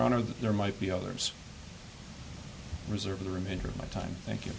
honor that there might be others reserve the remainder of my time thank you